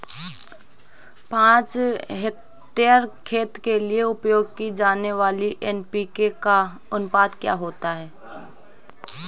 पाँच हेक्टेयर खेत के लिए उपयोग की जाने वाली एन.पी.के का अनुपात क्या होता है?